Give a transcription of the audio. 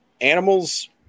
animals